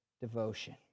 devotion